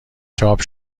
چاپ